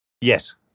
Yes